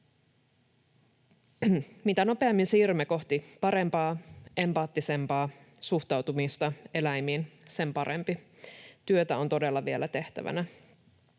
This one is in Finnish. Mitä nopeammin siirrymme kohti parempaa, empaattisempaa suhtautumista eläimiin, sen parempi. Työtä on todella vielä tehtävänä.